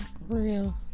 real